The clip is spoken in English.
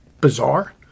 bizarre